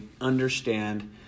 understand